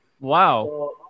Wow